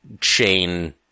Chain